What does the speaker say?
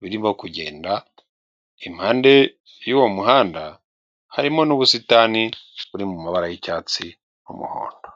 birimo kugenda, impande y'uwo muhanda harimo n'ubusitani buri mu mabara y'icyatsi n'umuhondo.